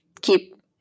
keep